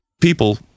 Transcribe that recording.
people